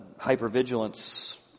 hypervigilance